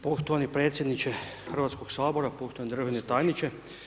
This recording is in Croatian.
Poštovani predsjedniče HS-a, poštovani državni tajniče.